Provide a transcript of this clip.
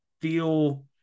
feel